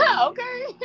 Okay